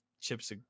chips